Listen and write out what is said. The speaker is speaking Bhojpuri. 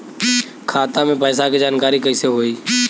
खाता मे पैसा के जानकारी कइसे होई?